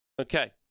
okay